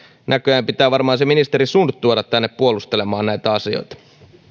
näköjään pitää varmaan se ministeri sund tuoda tänne puolustelemaan näitä asioita